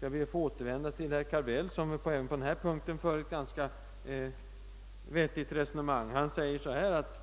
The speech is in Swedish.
Jag ber att få återvända till herr Carbell, som även på denna punkt för ett ganska vettigt resonemang. Han säger att